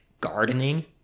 gardening